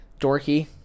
dorky